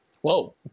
Whoa